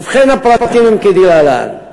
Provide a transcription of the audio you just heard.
ובכן הפרטים הם כדלהלן: